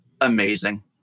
amazing